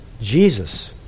Jesus